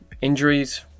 injuries